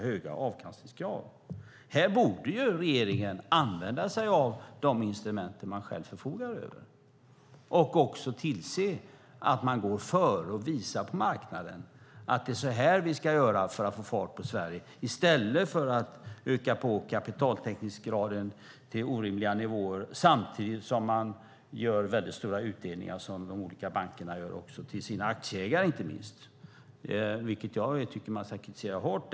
Här borde regeringen använda sig av de instrument som man själv förfogar över och också tillse att man går före och visar på marknaden vad som ska göras för att få fart på Sverige i stället för att öka på kapitaltäckningsgraden till orimliga nivåer samtidigt som orimliga utdelningar görs, vilket de olika bankerna också gör inte minst till sina aktieägare, och det tycker jag att man ska kritisera hårt.